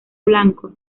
blanco